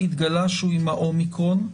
התגלה שהוא עם אומיקרון,